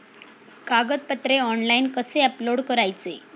कागदपत्रे ऑनलाइन कसे अपलोड करायचे?